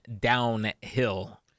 downhill